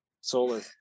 solar